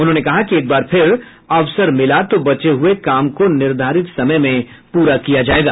उन्होंने कहा कि एक बार फिर अवसर मिला तो बचे हुए काम को निर्धारित समय में पूरा किया जायेगा